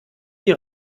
die